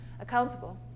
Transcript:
accountable